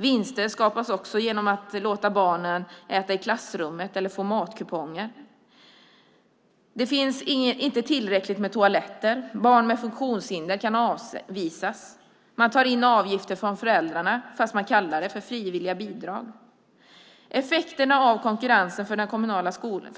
Vinster skapas också genom att barnen får äta i klassrummet eller får matkuponger, genom att det inte finns tillräckligt med toaletter, genom att barn med funktionshinder kan avvisas och genom att man tar in avgifter från föräldrarna - fast man kallar det frivilliga bidrag. Effekterna av konkurrensen för